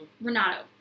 Renato